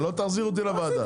שלא תחזיר אותי לוועדה.